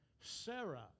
Sarah